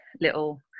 little